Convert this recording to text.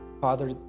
Father